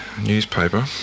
newspaper